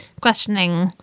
questioning